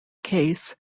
case